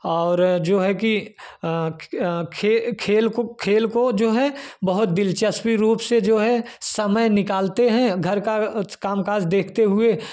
और जो है कि खे खेल खेल को खेल को जो है बहुत दिलचस्पी रूप से जो है समय निकालते हैं घर का काम काज देखते हुए